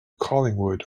collingwood